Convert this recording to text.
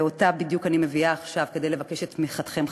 ואותה בדיוק אני מביאה עכשיו כדי לבקש את תמיכתכם,